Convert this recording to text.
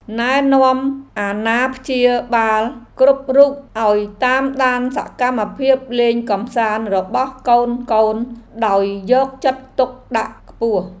ណែនាំអាណាព្យាបាលគ្រប់រូបឱ្យតាមដានសកម្មភាពលេងកម្សាន្តរបស់កូនៗដោយយកចិត្តទុកដាក់ខ្ពស់។